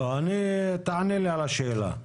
תענה לי על השאלה,